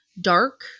dark